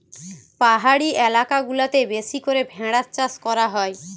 পাহাড়ি এলাকা গুলাতে বেশি করে ভেড়ার চাষ করা হয়